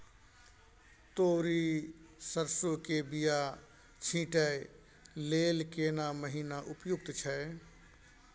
तोरी, सरसो के बीया छींटै लेल केना महीना उपयुक्त छै?